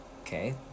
Okay